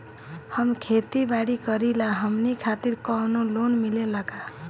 हम खेती बारी करिला हमनि खातिर कउनो लोन मिले ला का?